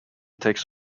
takes